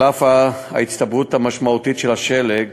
על אף ההצטברות המשמעותית של השלג